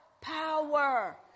Power